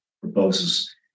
proposes